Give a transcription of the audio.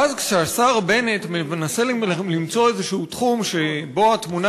ואז כשהשר בנט מנסה למצוא איזה תחום שבו התמונה